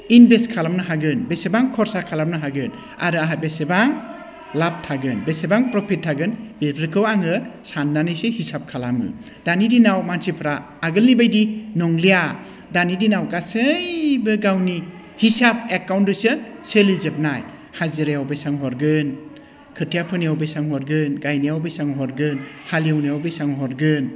invest खालामनो हागोन बेसेबां खरसा खालामनो हागोन आरो आंहा बेसेबां लाब थागोन बेसेबां प्रफिट थागोन बेफोरखौ आङो सान्नानैसो हिसाब खालामो दानि दिनाव मानसिफ्रा आगोलनि बायदि नंलिया दानि दिनाव गासैबो गावनि हिसाब एकाउन्टजोंसो सोलिजोबनाय हाजिरायाव बेसेबां हरगोन खोथिया फोनायाव बेसेबां हरगोन गायनायाव बेसेबां हरगोन हालेवनायाव बेसेबां हरगोन